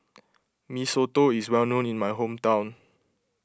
Mee Soto is well known in my hometown